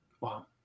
Wow